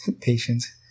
Patience